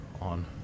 on